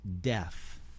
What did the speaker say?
death